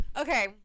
Okay